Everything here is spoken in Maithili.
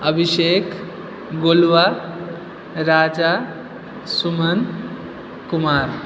अभिषेक गोलुवा राजा सुमन कुमार